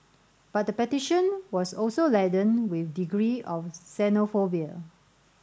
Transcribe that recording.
but the petition was also laden with a degree of xenophobia